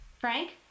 Frank